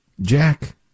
Jack